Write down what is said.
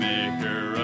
Maker